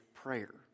Prayer